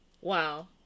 Wow